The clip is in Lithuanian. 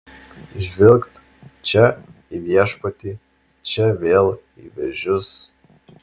žvilgt čia į viešpatį čia vėl į vėžius